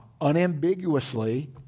unambiguously